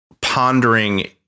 pondering